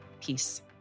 Peace